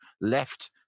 left